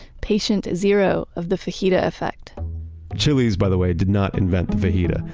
patient zero of the fajita effect chili's, by the way, did not invent the fajita.